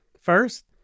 first